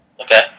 Okay